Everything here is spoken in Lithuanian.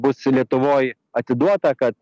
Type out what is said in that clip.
bus lietuvoj atiduota kad